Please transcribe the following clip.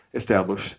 establish